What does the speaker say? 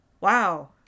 wow